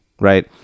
Right